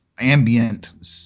ambient